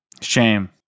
Shame